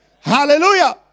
Hallelujah